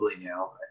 now